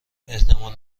احتمال